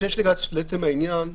לפני שניגש לעצם העניין,